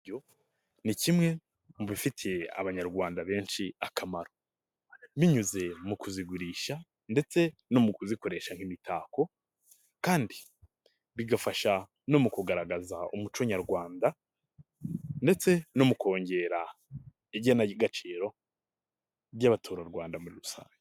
Ni kimwe mu bifitiye abanyarwanda benshi akamaro, binyuze mu kuzigurisha ndetse no mu kuzikoresha nk'imitako kandi bigafasha no mu kugaragaza umuco nyarwanda ndetse no mu kongera igenagaciro by'abaturarwanda muri rusange.